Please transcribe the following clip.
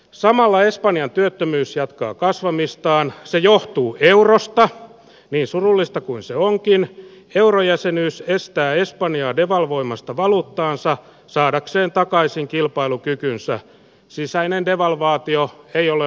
samalla espanjan työttömyys jatkaa kasvamistaan se johtuu eurosta vie surullista kuin se onkin nyt eurojäsenyys josta espanjaa devalvoimasta valuuttaansa saadakseen takaisin kilpailukykynsä sisäinen devalvaatio ei ole